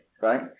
Right